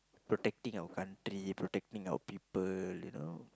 protecting our country protecting our people you know